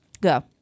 Go